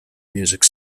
music